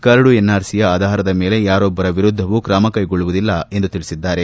curd ಎನ್ಆರ್ಸಿಯ ಆಧಾರದ ಮೇಲೆ ಯಾರೊಬ್ಬರ ವಿರುದ್ದವೂ ್ರಮ ಕೈಗೊಳ್ಳುವುದಿಲ್ಲ ಎಂದು ತಿಳಿಸಿದ್ದಾರೆ